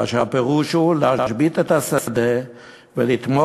כאשר הפירוש הוא להשבית את השדה ולתמוך